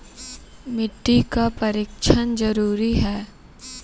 मिट्टी का परिक्षण जरुरी है?